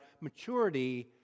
maturity